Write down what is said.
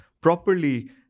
properly